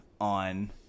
on